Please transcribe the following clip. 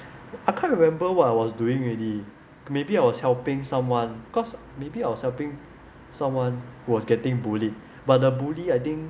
I can't remember what I was doing already maybe I was helping someone because maybe I was helping someone who was getting bullied but the bully I think